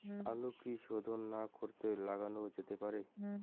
আলু কি শোধন না করে লাগানো যেতে পারে?